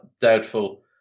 Doubtful